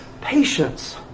patience